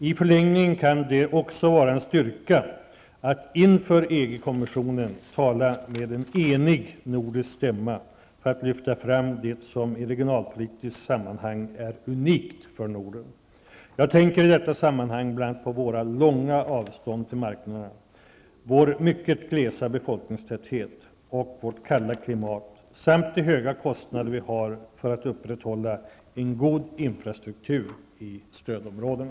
I förlängningen kan det också vara en styrka att inför EG-kommissionen tala med en enig nordisk stämma för att lyfta fram det som i regionalpolitiskt sammanhang är unikt för Norden. Jag tänker i detta sammanhang bl.a. på våra långa avstånd till marknaderna, vår mycket låga befolkningstäthet och vårt kalla klimat samt de höga kostnader vi har för att upprätthålla en god infrastruktur i stödområdena.